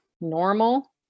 normal